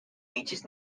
beaches